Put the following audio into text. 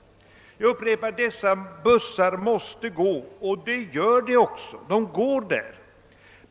Jag upprepar att dessa bussar måste gå och att de också gör det.